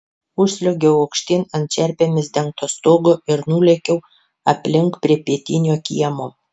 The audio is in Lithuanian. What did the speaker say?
užsliuogiau aukštyn ant čerpėmis dengto stogo ir nulėkiau aplink prie pietinio kiemo